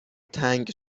تنگ